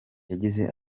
yagize